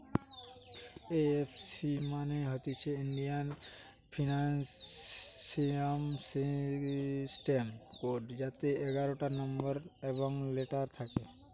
এই F C মানে হতিছে ইন্ডিয়ান ফিনান্সিয়াল সিস্টেম কোড যাতে এগারটা নম্বর এবং লেটার থাকে